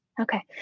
Okay